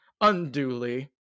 unduly